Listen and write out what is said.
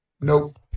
Nope